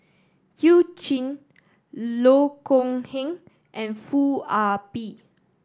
You Jin Loh Kok Heng and Foo Ah Bee